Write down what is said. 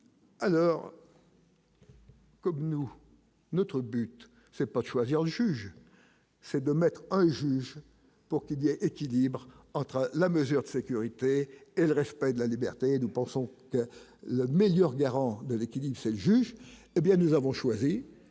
alors. Comme nous, notre but c'est pas choisir juge c'est de mettre un juge pour qu'il y a un équilibre entre la mesure de sécurité et le respect de la liberté, et nous pensons que le meilleur garant de l'équilibre, c'est le juge, hé bien, nous avons choisi